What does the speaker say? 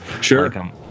Sure